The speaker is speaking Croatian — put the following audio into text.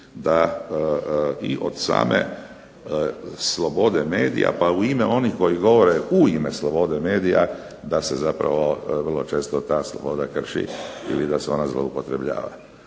da od same slobode medije, pa i onih koji govore u ime slobode medija da se zapravo vrlo često ta sloboda krši ili da se ona zloupotrebljava.